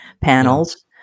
panels